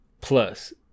plus